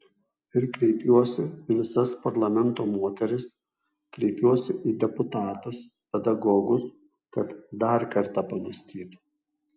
ir kreipiuosi į visas parlamento moteris kreipiuosi į deputatus pedagogus kad dar kartą pamąstytų